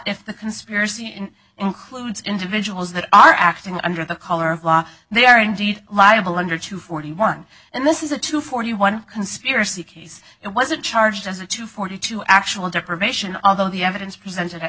if the conspiracy in includes individuals that are acting under the color of law they are indeed liable under two forty one and this is a two for one conspiracy case it wasn't charged as a two forty two actual deprivation although the evidence presented at